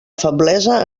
feblesa